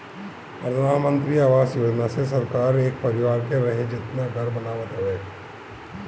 प्रधानमंत्री आवास योजना मे सरकार एक परिवार के रहे जेतना घर बनावत हवे